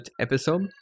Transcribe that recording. episode